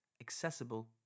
accessible